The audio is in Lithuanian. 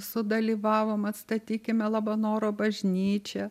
sudalyvavom atstatykime labanoro bažnyčią